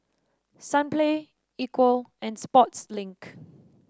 Sunplay Equal and Sportslink